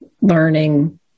learning